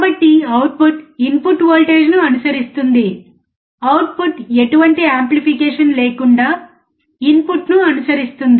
కాబట్టి output input వోల్టేజ్ను అనుసరిస్తుంది అవుట్పుట్ ఎటువంటి ఆంప్లిఫికేషన్ లేకుండా ఇన్పుట్ను అనుసరిస్తుంది